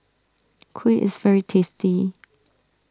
Kuih is very tasty